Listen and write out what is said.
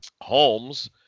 Holmes